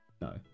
No